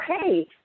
hey